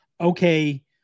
Okay